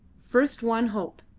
first one hope,